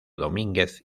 domínguez